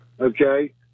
Okay